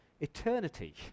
eternity